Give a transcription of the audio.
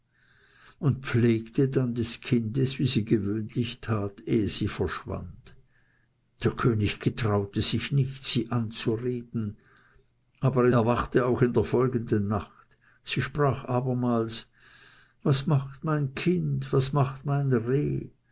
und pflegte dann des kindes wie sie gewöhnlich tat ehe sie verschwand der könig getraute sich nicht sie anzureden aber er wachte auch in der folgenden nacht sie sprach abermals was macht mein kind was macht mein reh